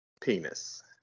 penis